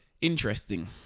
Interesting